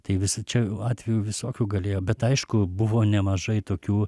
tai visi čia atvejų visokių galėjo bet aišku buvo nemažai tokių